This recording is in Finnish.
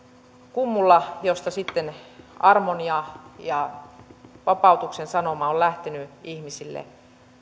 kummulla josta armon ja ja vapautuksen sanoma on lähtenyt ihmisille